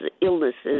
illnesses